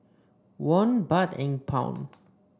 Won Baht and Pound